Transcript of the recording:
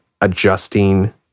adjusting